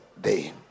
day